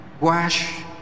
wash